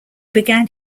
began